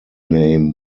name